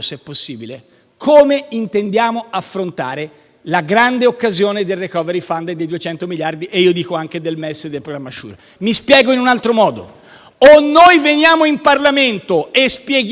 come intendiamo affrontare la grande occasione del *recovery* *fund*, dei 200 miliardi e - io dico - anche del MES e del programma SURE. Mi spiego in un altro modo: dobbiamo venire in Parlamento a spiegare il